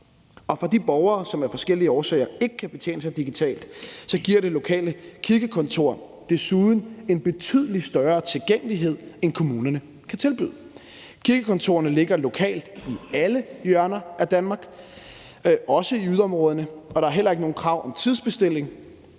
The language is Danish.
For de borgere, som af forskellige årsager ikke kan betjene sig digitalt, giver det lokale kirkekontor desuden en betydelig større tilgængelighed, end kommunerne kan tilbyde. Kirkekontorerne ligger lokalt i alle hjørner af Danmark, også i yderområderne, og der heller ikke noget krav om tidsbestilling,